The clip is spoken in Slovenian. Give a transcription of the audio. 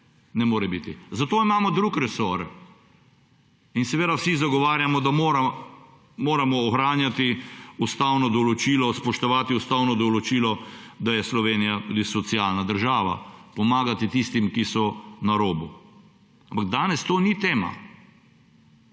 Ne more biti. Za to imamo drug resor. In seveda vsi zagovarjamo, da moramo ohranjati ustavno določilo, spoštovati ustavno določilo, da je Slovenija tudi socialna država, pomagati tistim, ki so na robu. Ampak danes to ni tema.